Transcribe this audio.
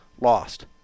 lost